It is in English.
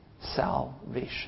salvation